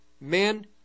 men